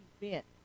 event